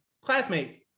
Classmates